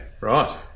Right